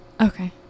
okay